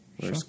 sure